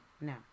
No